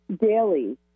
daily